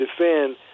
defend